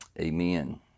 Amen